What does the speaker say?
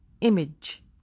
image